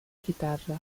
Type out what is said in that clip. chitarra